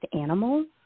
animals